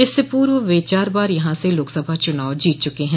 इससे पूर्व वह चार बार यहां से लोकसभा चुनाव जीत चुके हैं